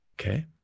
Okay